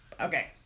Okay